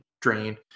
drained